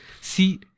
see